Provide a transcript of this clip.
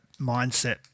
mindset